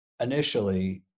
initially